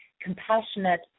compassionate